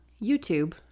YouTube